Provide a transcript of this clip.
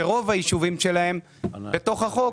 שרוב היישובים שלהן בתוך החוק,